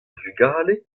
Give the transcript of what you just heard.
vugale